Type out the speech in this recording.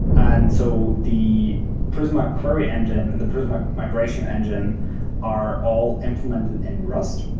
and so the prisma query engine and the prisma migration engine are all implemented in rust,